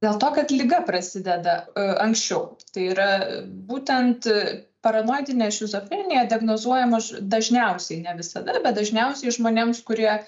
dėl to kad liga prasideda anksčiau tai yra būtent paranoidinė šizofrenija diagnozuojamos dažniausiai ne visada bet dažniausiai žmonėms kurie